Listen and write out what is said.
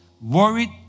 worried